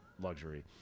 luxury